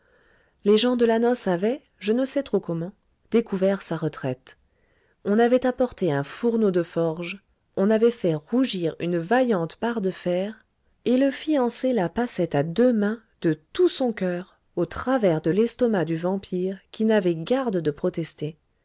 les gens de la noce avaient je ne sais trop comment découvert sa retraite on avait apporté un fourneau de forge on avait fait rougir une vaillante barre de fer et le fiancé la passait à deux mains de tout son coeur au travers de l'estomac du vampire qui n'avait garde de protester